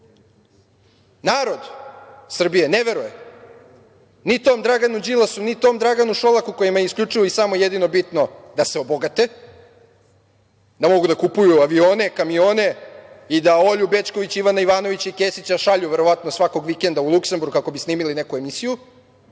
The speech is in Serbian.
narod Srbije ne veruje ni tom Draganu Đilasu, ni tom Draganu Šolaku, kojima je isključivo i samo jedino bitno da se obogate, da mogu da kupuju avione, kamione i da Olju Bećković, Ivana Ivanovića i Kesića šalju verovatno svakog vikenda u Luksemburg kako bi snimili neku emisiju.